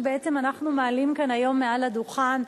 שבעצם אנחנו מעלים כאן היום מעל הדוכן,